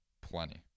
plenty